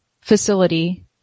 facility